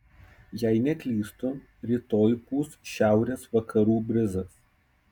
jei neklystu rytoj pūs šiaurės vakarų brizas